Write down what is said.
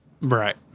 Right